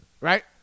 Right